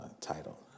title